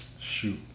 Shoot